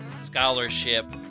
scholarship